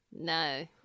No